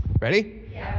Ready